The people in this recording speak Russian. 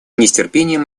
нетерпением